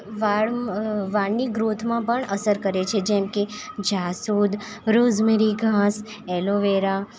વાળ વાળની ગ્રોથમાં પણ અસર કરે છે જેમકે જાસૂદ રોઝ મેરીઘાસ એલોવેરા